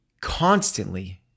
Constantly